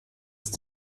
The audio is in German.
ist